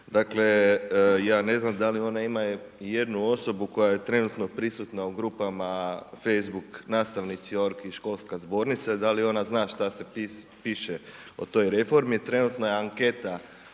Dakle, ja ne znam da li ona ima ijednu osobu koja je trenutno prisutna u grupama facebook nastavnici.ogr i školska zbornica i da li ona zna šta se piše o toj reformi, trenutno je anketa